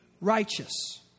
righteous